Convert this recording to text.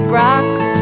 rocks